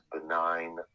benign